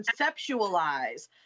conceptualize